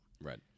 Right